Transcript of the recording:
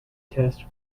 test